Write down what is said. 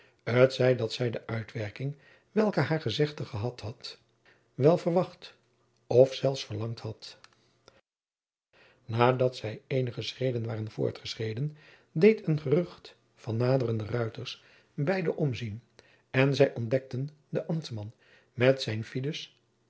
t zij dat zij de uitwerking welke haar gezegde gehad had wel verwacht of zelfs verlangd had nadat zij eenige schreden waren voortgetreden deed een gerucht van naderende ruiters beide omzien en zij ontdekten den ambtman met zijnen